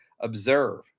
observe